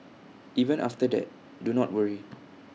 even after that do not worry